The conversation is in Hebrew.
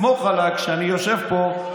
סמוך עליי כשאני יושב פה.